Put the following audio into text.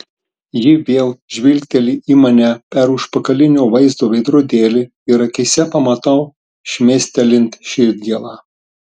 ji vėl žvilgteli į mane per užpakalinio vaizdo veidrodėlį ir akyse pamatau šmėstelint širdgėlą